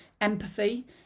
empathy